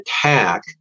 attack